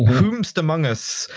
whomst among us,